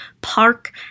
Park